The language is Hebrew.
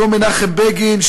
אותו מנחם בגין,